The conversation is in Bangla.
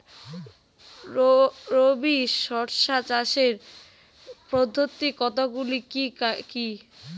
রবি শস্য চাষের পদ্ধতি কতগুলি কি কি?